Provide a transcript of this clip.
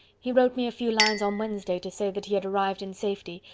he wrote me a few lines on wednesday to say that he had arrived in safety,